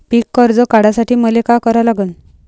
पिक कर्ज काढासाठी मले का करा लागन?